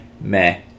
Meh